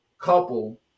couple